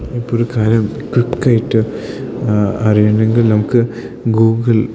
ഇപ്പം ഒരു കാര്യം ക്വിക്കായിട്ട് അറിയണം എങ്കിൽ നമുക്ക് ഗൂഗിൾ